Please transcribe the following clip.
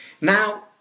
Now